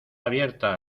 abierta